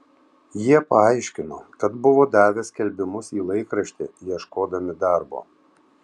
jie paaiškino kad buvo davę skelbimus į laikraštį ieškodami darbo